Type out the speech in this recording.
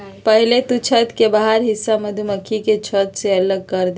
पहले तु छत्त के बाहरी हिस्सा मधुमक्खी के छत्त से अलग करदे